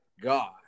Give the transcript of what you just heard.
God